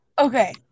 Okay